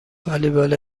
والیبال